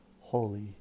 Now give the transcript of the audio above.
holy